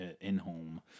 in-home